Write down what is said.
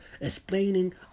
Explaining